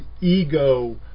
ego